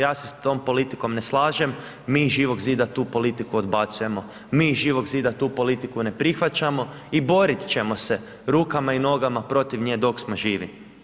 Ja se s tom politikom ne slažem, mi iz Živog zida tu politiku odbacujemo, mi iz Živog zida tu politiku ne prihvaćamo i borit ćemo se rukama i nogama protiv nje dok smo živi.